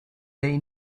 they